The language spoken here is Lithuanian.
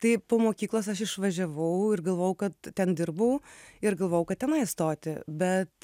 tai po mokyklos aš išvažiavau ir galvojau kad ten dirbau ir galvojau kad tenai stoti bet